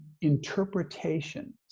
interpretations